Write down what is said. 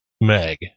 meg